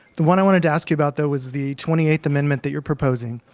the one i wanted to ask you about though was the twenty eighth amendment that you're proposing.